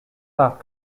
that